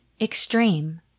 extreme